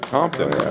Compton